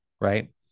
right